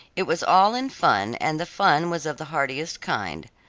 it was all in fun, and the fun was of the heartiest kind.